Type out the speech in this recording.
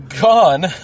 gone